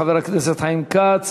חבר הכנסת חיים כץ.